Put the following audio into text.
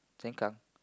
Sengkang